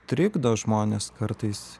trikdo žmones kartais